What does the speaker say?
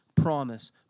Promise